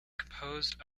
composed